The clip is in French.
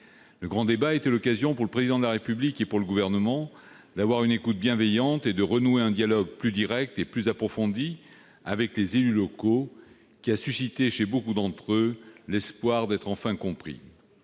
Le grand débat a été l'occasion pour le Président de la République et pour le Gouvernement d'avoir une écoute bienveillante et de renouer un dialogue plus direct et plus approfondi avec les élus locaux. Il a suscité chez beaucoup d'entre eux l'espoir d'être enfin compris.